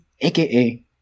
aka